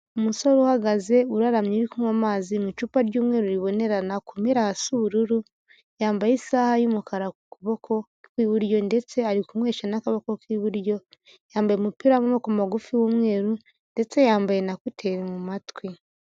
Umusore uhagaze uraramye uri kunywa amazi mu icupa ry'umweru ribonerana kumpera hasa ubururu, yambaye isaha y'umukara ku kuboko kw'iburyo ndetse ari kunywesha n'akabokoko k'iburyo, yambaye umupira w'amaboko magufi w'umweru ndetse yambaye na kuteri mu matwi.